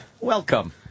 Welcome